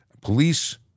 Police